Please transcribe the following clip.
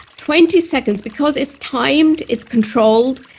twenty seconds, because it's timed, it's controlled,